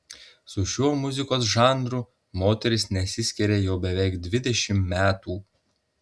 su šiuo muzikos žanru moteris nesiskiria jau beveik dvidešimt metų